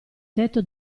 tetto